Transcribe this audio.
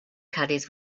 caddies